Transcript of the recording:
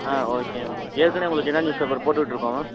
ஆ okay ma'am ஏற்கனவே உங்களுக்கு தின நியூஸ் பேப்பர் போட்டுட்டுருக்கோம்